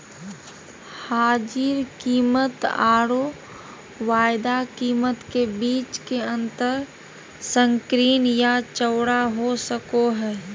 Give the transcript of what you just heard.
हाजिर कीमतआरो वायदा कीमत के बीच के अंतर संकीर्ण या चौड़ा हो सको हइ